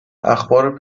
اخبار